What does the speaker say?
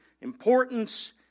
importance